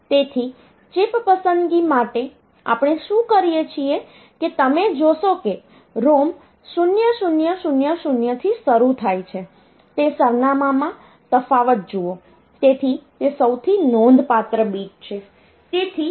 તેથી ચિપ પસંદગી માટે આપણે શું કરીએ છીએ કે તમે જોશો કે ROM 0000 થી શરૂ થાય છે તે સરનામાંમાં તફાવત જુઓ તેથી તે સૌથી નોંધપાત્ર બીટ છે